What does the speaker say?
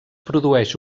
produeix